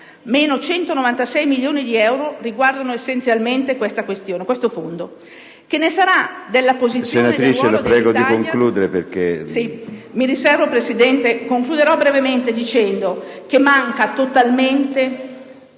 meno 196 milioni di euro riguardano essenzialmente questo fondo)? Che ne sarà della posizione e del ruolo dell'Italia